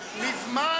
נו,